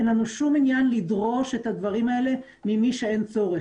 אין לנו שום עניין לדרו את הדברים האלה ממי שאין צורך,